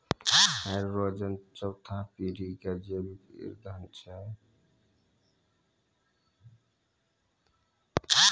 hydrogen चौथा पीढ़ी के जैविक ईंधन छै